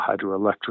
hydroelectric